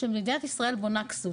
שמדינת ישראל בונה כסות,